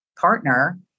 partner